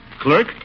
Clerk